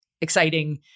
exciting